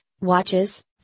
watches